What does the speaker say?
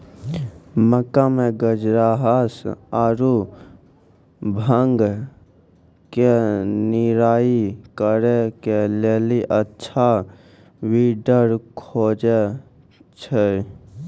मक्का मे गाजरघास आरु भांग के निराई करे के लेली अच्छा वीडर खोजे छैय?